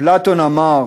אפלטון אמר